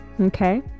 Okay